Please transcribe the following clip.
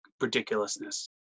ridiculousness